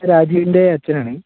രാജീവിൻ്റെ അച്ഛനാണേ